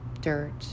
dirt